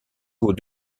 aux